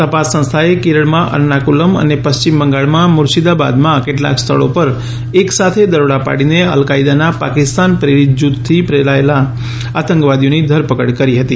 તપાસ સંસ્થાએ કેરળમાં અર્નાકુલમ અને પશ્ચિમ બંગાળના મુર્શિદાબાદમાં કેટલાક સ્થળો પર એક સાથે દરોડા પાડીને અલકાયદાના પાકિસ્તાન પ્રેરીત જુથથી જોડાયેલા આતંકવાદીઓની ધરપકડ કરી હતી